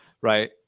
right